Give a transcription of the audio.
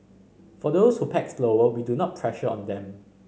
for those who pack slower we do not pressure on them